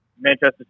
Manchester